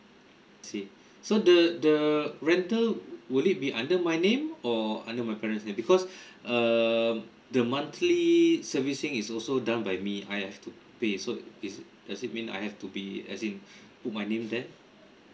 see so the the rental would it be under my name or under my parents name because err the monthly servicing is also done by me I have to pay so is does it mean I have to be as in put my name there